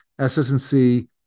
SSNC